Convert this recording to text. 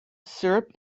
syrup